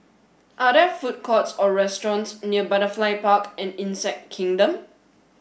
are there food courts or restaurants near Butterfly Park and Insect Kingdom